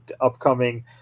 upcoming